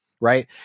Right